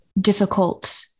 difficult